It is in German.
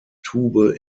tube